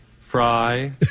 Fry